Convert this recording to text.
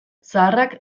zaharrak